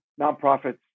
nonprofits